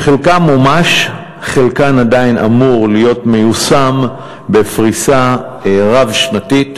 חלקן מומש וחלקן עדיין אמור להיות מיושם בפריסה רב-שנתית.